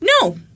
no